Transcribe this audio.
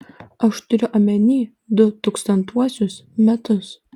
aš turiu omeny du tūkstantuosius metus